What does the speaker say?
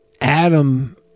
Adam